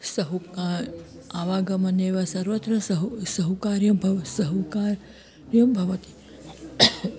सहुक् आवागमनेव सर्वत्र बहु सौकर्यं भव सौकर्यं भवति